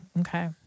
Okay